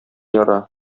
яра